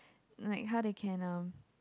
like how they can um